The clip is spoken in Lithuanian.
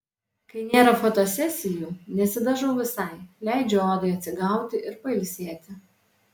kai nėra fotosesijų nesidažau visai leidžiu odai atsigauti ir pailsėti